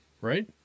right